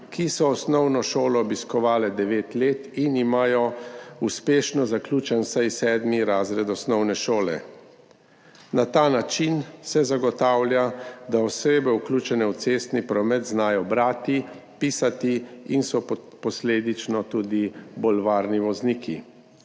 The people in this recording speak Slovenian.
ki so osnovno šolo obiskovale devet let in imajo uspešno zaključen vsaj sedmi razred osnovne šole. Na ta način se zagotavlja, da osebe, vključene v cestni promet, znajo brati, pisati in so posledično tudi bolj varni vozniki.